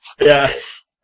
Yes